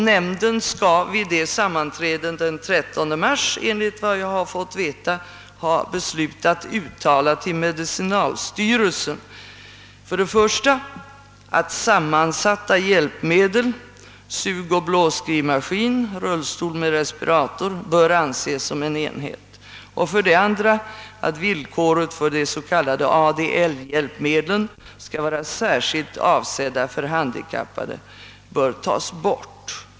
Nämnden skall, enligt vad jag har fått veta, vid sammanträdet den 13 mars ha beslutat rekommendera medicinalstyrelsen för det första att sammansatta hjälpmedel såsom sugoch blåsskrivmaskin samt rullstol med respirator bör anses som en enhet, och för det andra att villkoret att de s.k. ADL-hjälpmedlen skall vara särskilt avsedda för handikappade bör tas bort.